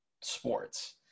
sports